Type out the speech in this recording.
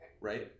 Right